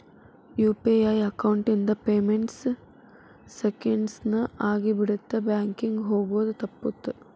UPI account ಇಂದ payment seconds ನ ಆಗಿಬಿಡತ್ತ ಬ್ಯಾಂಕಿಂಗ್ ಹೋಗೋದ್ ತಪ್ಪುತ್ತ